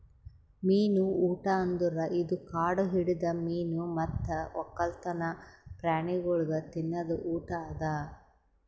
ಮೀನು ಊಟ ಅಂದುರ್ ಇದು ಕಾಡು ಹಿಡಿದ ಮೀನು ಮತ್ತ್ ಒಕ್ಕಲ್ತನ ಪ್ರಾಣಿಗೊಳಿಗ್ ತಿನದ್ ಊಟ ಅದಾ